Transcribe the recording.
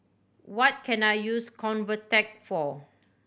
what can I use Convatec for